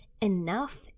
enough